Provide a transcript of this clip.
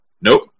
Nope